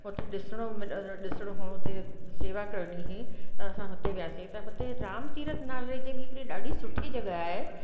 हुते ॾिसिणो ॾिसिणो हुओ हुते सेवा करिणी हुई त असां हुते वियासीं त हुते रामकिरत नाले जी बि हिकिड़ी ॾाढी सुठी जॻहि आहे